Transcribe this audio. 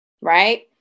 Right